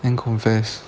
and confess